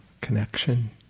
connection